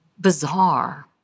bizarre